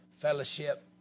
fellowship